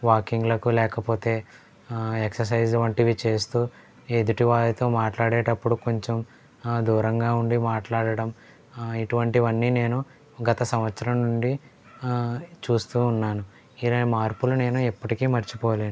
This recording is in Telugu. వాకింగ్లకు లేకపోతే ఎక్ససైజ్ వంటివి చేస్తూ ఎదుటివారితో మాట్లాడేటప్పుడు కొంచెం దూరంగా ఉండి మాట్లాడటం ఇటువంటివన్నీ నేను గత సంవత్సరం నుండి చూస్తూ ఉన్నాను ఈ మార్పులను నేను ఎప్పటికీ మరచిపోలేను